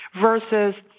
versus